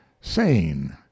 sane